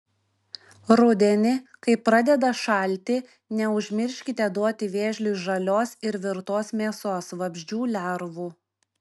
rudenį kai pradeda šalti neužmirškite duoti vėžliui žalios ir virtos mėsos vabzdžių lervų